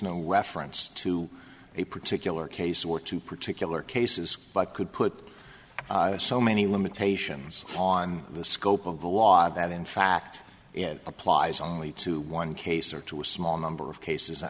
no reference to a particular case or two particular cases but could put so many limitations on the scope of the law that in fact it applies only to one case or to a small number of cases